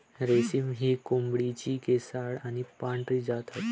रेशमी ही कोंबडीची केसाळ आणि पांढरी जात आहे